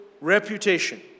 reputation